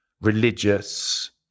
religious